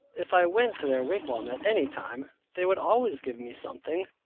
if i went to their wigwam at any time, they would always give me something,